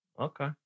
Okay